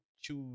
choose